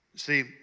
See